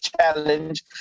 challenge